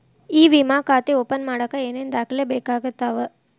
E ವಿಮಾ ಖಾತೆ open ಮಾಡಕ ಏನೇನ್ ದಾಖಲೆ ಬೇಕಾಗತವ